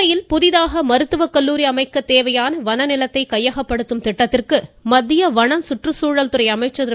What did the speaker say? ராசா உதகையில் புதிதாக மருத்துவக் கல்லூரி அமைக்க தேவையான வன நிலத்தை கையகப்படுத்தும் திட்டத்திற்கு மத்திய வனம் சுற்றுச்சூழல் அமைச்சர் திரு